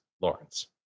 Lawrence